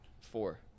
Four